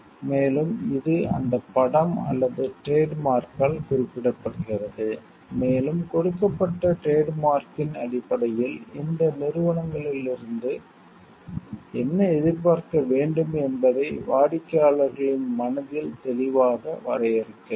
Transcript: மேலும் இது அந்த படம் அல்லது டிரேட் மார்க்யால் குறிப்பிடப்படுகிறது மேலும் கொடுக்கப்பட்ட டிரேட் மார்க்யின் அடிப்படையில் இந்த நிறுவனங்களிலிருந்து என்ன எதிர்பார்க்க வேண்டும் என்பதை வாடிக்கையாளர்களின் மனதில் தெளிவாக வரையறுக்கிறது